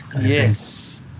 yes